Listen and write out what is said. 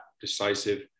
decisive